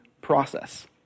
process